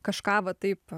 kažką va taip